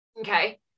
Okay